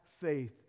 faith